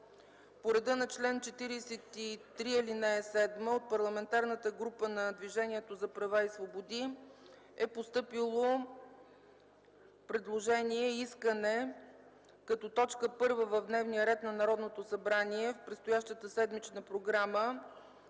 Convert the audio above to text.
По реда на чл. 43, ал. 7 от Парламентарната група на Движението за права и свободи е постъпило предложение – искане като т. 1 в дневния ред на Народното събрание в предстоящата седмична програма